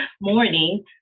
morning